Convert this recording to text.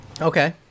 Okay